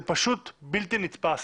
זה פשוט בלתי נתפס.